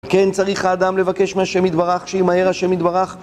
כן, צריך האדם לבקש מהשם יתברך, שימהר השם יתברך